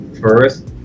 first